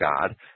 God